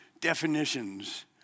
definitions